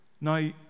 Now